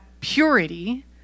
purity